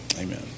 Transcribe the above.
amen